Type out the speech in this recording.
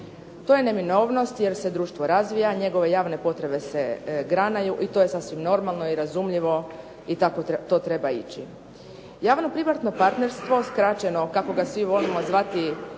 To je neminovnost jer se društvo razvija, njegove javne potrebe se granaju i to je sasvim normalno i razumljivo i tako to treba ići. Javno-privatno partnerstvo, skraćeno kako ga svi volimo zvati